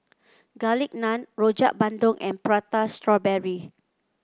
Garlic Naan Rojak Bandung and Prata Strawberry